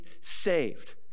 saved